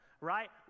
right